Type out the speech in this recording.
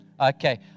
Okay